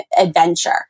adventure